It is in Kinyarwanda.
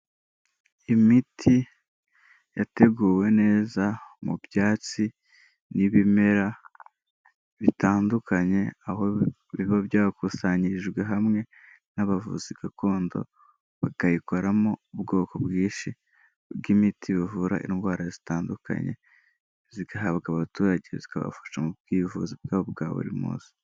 Imiti yateguwe neza mu byatsi n'ibimera bitandukanye aho biba byakusanyirijwe hamwe n'abavuzi gakondo bakayikoramo ubwoko bwinshi bw'imiti buvura indwara zitandukanye, zigahabwa abaturage zikabafasha mu bwivuzi bwabo bwa buri munsi.